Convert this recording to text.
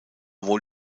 wohl